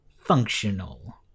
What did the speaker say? functional